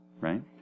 right